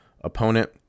opponent